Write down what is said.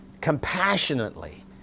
compassionately